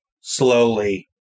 slowly